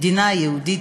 מדינה יהודית,